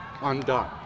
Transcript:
undone